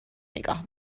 نگاه